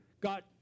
got